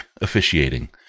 officiating